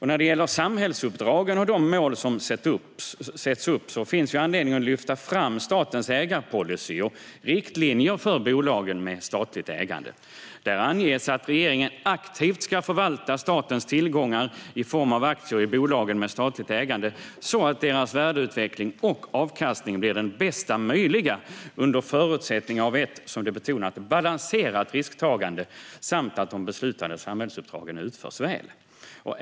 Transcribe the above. När det gäller samhällsuppdragen och de mål som sätts upp finns anledning att lyfta fram statens ägarpolicy och riktlinjer för bolag med statligt ägande. Där anges att regeringen aktivt ska förvalta statens tillgångar i form av aktier i bolagen med statligt ägande så att deras värdeutveckling och avkastning blir den bästa möjliga under förutsättning av ett, som det betonas, balanserat risktagande samt att de beslutade samhällsuppdragen utförs väl.